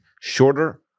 shorter